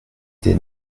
des